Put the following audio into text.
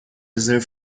رزرو